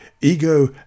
ego